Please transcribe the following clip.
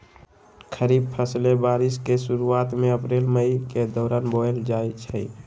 खरीफ फसलें बारिश के शुरूवात में अप्रैल मई के दौरान बोयल जाई छई